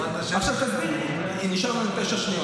עכשיו, תסביר לי, נשארו לנו תשע שניות.